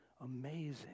amazing